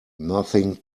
nothing